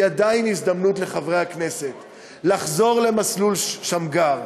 והיא עדיין הזדמנות לחברי הכנסת לחזור למסלול שמגר,